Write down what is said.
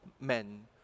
men